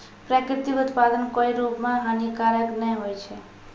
प्राकृतिक उत्पाद कोय रूप म हानिकारक नै होय छै